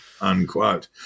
unquote